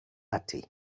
ati